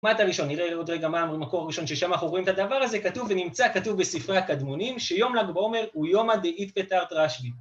מה את הראשון? נראה לעוד רגע מה המקור הראשון ששם אנחנו רואים את הדבר הזה כתוב ונמצא כתוב בספרי הקדמונים שיום לגבומר הוא יום הדעית פטארט ראשבי